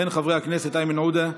וכן חברי הכנסת איימן עודה,